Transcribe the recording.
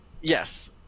Yes